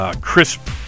crisp